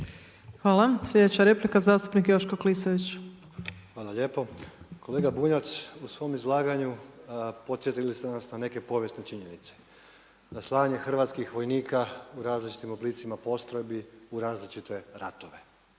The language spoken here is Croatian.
Hvala. Sljedeća replika zastupnik Joško Klisović. **Klisović, Joško (SDP)** Hvala lijepo. Kolega Bunjac, u svom izlaganju podsjetili ste nas na neke povijesne činjenice, na slanje hrvatskih vojnika u različitim oblicima postrojbi, u različite ratove.